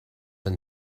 and